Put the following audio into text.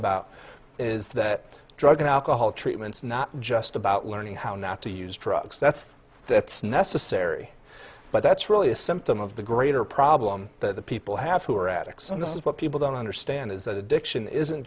about is that drug and alcohol treatment is not just about learning how not to use drugs that's that's necessary but that's really a symptom of the greater problem that people have who are addicts and this is what people don't understand is that addiction isn't